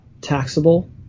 taxable